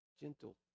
Gentle